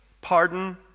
pardon